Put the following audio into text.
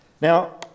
Now